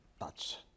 touch